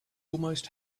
almost